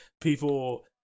people